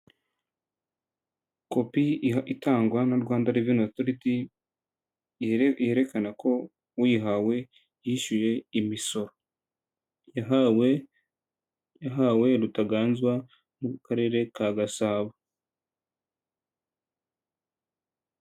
Kopi itangwa na Rwanda Revenue Authority yerekana ko uyihawe yishyuye imisoro, yahawe yahawe Rutaganzwa mu karere ka Gasabo.